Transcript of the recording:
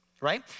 right